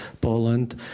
Poland